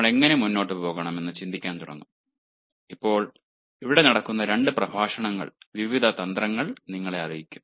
നമ്മൾ എങ്ങനെ മുന്നോട്ട് പോകണം എന്ന് ചിന്തിക്കാൻ തുടങ്ങും ഇപ്പോൾ ഇവിടെ നടക്കുന്ന 2 പ്രഭാഷണങ്ങൾ വിവിധ തന്ത്രങ്ങൾ നിങ്ങളെ അറിയിക്കും